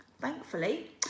Thankfully